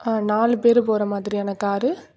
ஆ நாலு பேர் போகிற மாதிரியான கார்